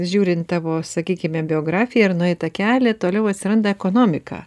žiūrint tavo sakykime biografiją ir nueitą kelią toliau atsiranda ekonomika